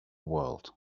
world